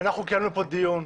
אנחנו קיימנו כאן דיון,